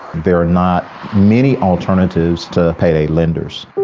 there are not many alternatives to payday lenders.